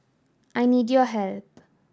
I need your help